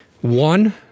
One